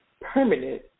permanent